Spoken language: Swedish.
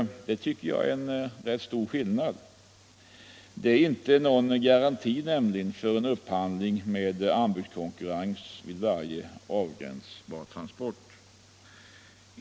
Det tycker jag är en rätt stor skillnad. Det är nämligen inte någon garanti för en upphandling med anbudskonkurrens vid varje avgränsbar transport.